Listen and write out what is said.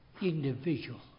individual